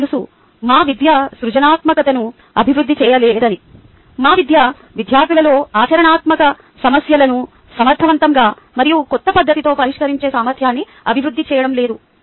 మీకు తెలుసు మా విద్య సృజనాత్మకతను అభివృద్ధి చేయలేదని మా విద్య విద్యార్థులలో ఆచరణాత్మక సమస్యలను సమర్థవంతంగా మరియు కొత్త పద్ధతిలో పరిష్కరించే సామర్థ్యాన్ని అభివృద్ధి చేయడం లేదు